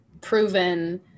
proven